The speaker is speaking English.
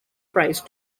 price